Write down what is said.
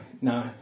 No